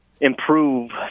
improve